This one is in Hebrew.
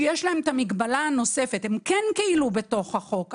שיש להם את המגבלה הנוספת; הם כן כאילו בתוך החוק,